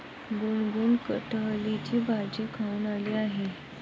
गुनगुन कठहलची भाजी खाऊन आली आहे